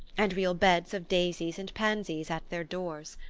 and real beds of daisies and pansies at their doors.